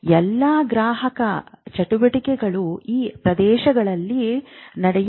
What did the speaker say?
ಎಲ್ಲಾ ಗ್ರಾಹಕ ಚಟುವಟಿಕೆಗಳು ಈ ಪ್ರದೇಶಗಳಲ್ಲಿ ನಡೆಯುತ್ತಿದೆ